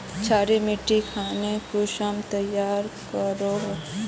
क्षारी मिट्टी खानोक कुंसम तैयार करोहो?